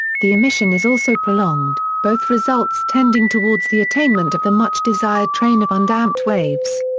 the emission is also prolonged, both results tending towards the attainment of the much desired train of undamped waves.